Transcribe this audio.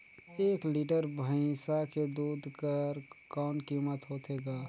एक लीटर भैंसा के दूध कर कौन कीमत होथे ग?